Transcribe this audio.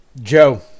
Joe